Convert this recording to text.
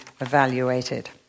evaluated